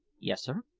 yes, sir.